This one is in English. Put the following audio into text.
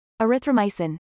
erythromycin